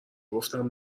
گفتم